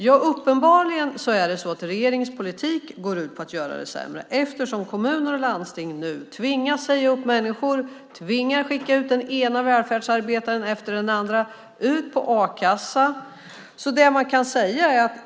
Ja, uppenbarligen är det så att regeringens politik går ut på att göra det sämre, eftersom kommuner och landsting nu tvingas säga upp människor, tvingas skicka den ena välfärdsarbetaren efter den andra ut i a-kassa.